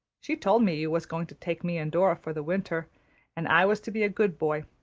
she told me you was going to take me and dora for the winter and i was to be a good boy.